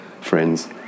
friends